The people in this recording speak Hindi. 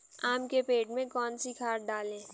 आम के पेड़ में कौन सी खाद डालें?